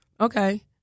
Okay